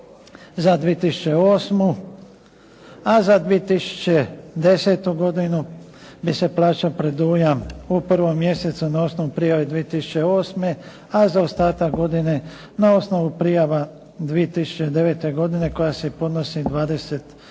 za 2008., a za 2010. godinu bi se plaćao predujam u prvom mjesecu na osnovu prijave 2008., a za ostatak godine na osnovu prijava 2009. godine koja se podnosi 28.